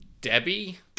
Debbie